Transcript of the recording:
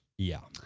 yeah.